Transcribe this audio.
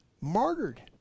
martyred